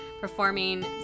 performing